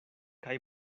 kaj